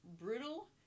brutal